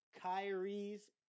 Kyrie's